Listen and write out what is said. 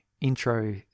intro